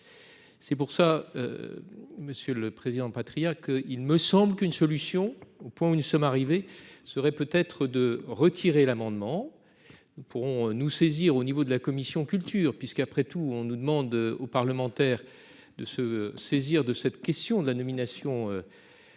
C'est pour ça. Monsieur le Président Patriat que il me semble qu'une solution au point où nous sommes arrivés serait peut être de retirer l'amendement. Nous pourrons nous saisir au niveau de la commission culture puisqu'après tout, on nous demande aux parlementaires de se saisir de cette question de la nomination.